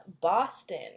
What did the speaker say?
Boston